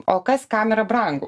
o kas kam yra brangu